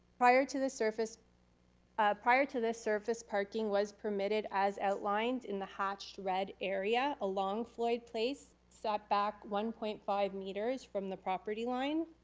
prior to this, surface ah prior to this, surface parking was permitted as outlined in the hashed red area, along floyd place, setback one point five meters from the property line.